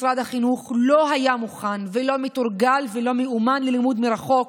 משרד החינוך לא היה מוכן ולא מתורגל ולא מאומן ללימוד מרחוק.